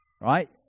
right